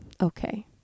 Okay